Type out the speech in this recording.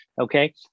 Okay